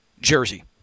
jersey